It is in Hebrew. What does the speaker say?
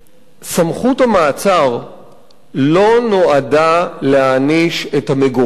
שסמכות המעצר לא נועדה להעניש את המגורש,